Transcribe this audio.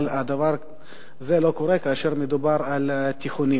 אבל זה לא קורה כאשר מדובר בתיכונים.